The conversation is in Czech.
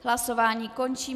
Hlasování končím.